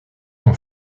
son